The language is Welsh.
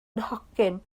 nhocyn